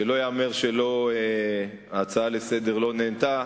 שלא ייאמר שההצעה לסדר-היום לא נענתה.